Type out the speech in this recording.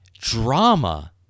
drama